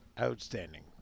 Outstanding